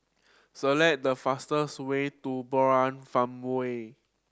select the fastest way to Murai Farmway